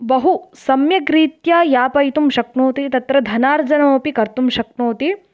बहु सम्यग्रीत्या यापयितुं शक्नोति तत्र धनार्जनमपि कर्तुं शक्नोति